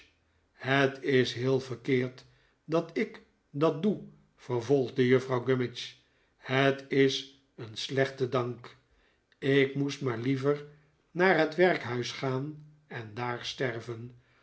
het is heel verkeerd dat ik dat doe vervolgde juffrouw gummidge het is een slechte dank ik moest maar liever naar het werkhuis gaan en daar sterven